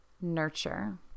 nurture